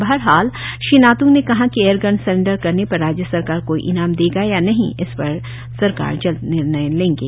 बहरहाल श्री नात्ंग ने कहा कि एयरगन सेरेंडर करने पर राज्य सरकार कोई इनाम देगा या नहीं इस पर सरकार जल्द निर्णय लेंगे